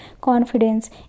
confidence